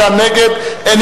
38 בעד, 63 נגד, אין נמנעים.